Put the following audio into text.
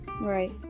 Right